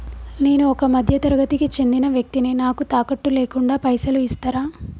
నేను ఒక మధ్య తరగతి కి చెందిన వ్యక్తిని నాకు తాకట్టు లేకుండా పైసలు ఇస్తరా?